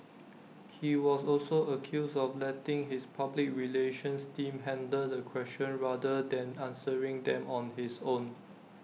he was also accused of letting his public relations team handle the questions rather than answering them on his own